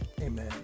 Amen